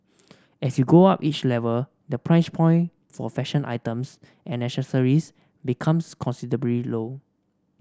as you go up each level the price point for fashion items and accessories becomes considerably low